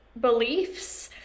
beliefs